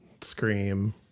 scream